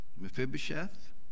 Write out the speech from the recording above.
Mephibosheth